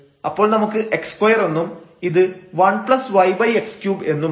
അപ്പോൾ നമുക്ക് x2 എന്നും ഇത് 1yx3 എന്നുമാവും